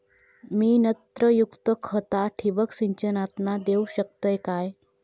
मी नत्रयुक्त खता ठिबक सिंचनातना देऊ शकतय काय?